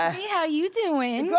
ah how you doin'? good,